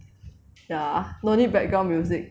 ya no need background music